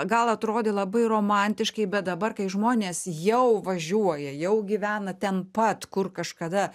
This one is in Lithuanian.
gal atrodė labai romantiškai bet dabar kai žmonės jau važiuoja jau gyvena ten pat kur kažkada